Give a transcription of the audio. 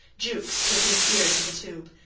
jukes put his ear to the tube.